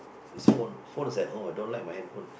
this phone phone is at home I don't like my handphone